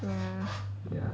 ya